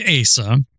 ASA